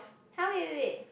!huh! wait wait wait